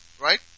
right